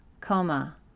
coma